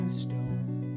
stone